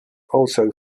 also